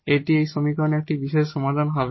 এটি এই সমীকরণের একটি পার্টিকুলার সমাধান হবে